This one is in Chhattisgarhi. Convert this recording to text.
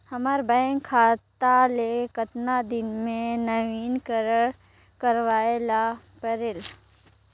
हमर बैंक खाता ले कतना दिन मे नवीनीकरण करवाय ला परेल?